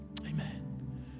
Amen